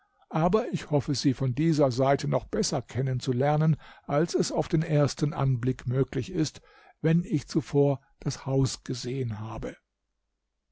aber ich hoffe sie von dieser seite noch besser kennen zu lernen als es auf den ersten anblick möglich ist wenn ich zuvor das haus gesehen habe